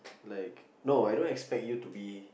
like no I don't expect you to be